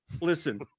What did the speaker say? Listen